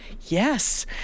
Yes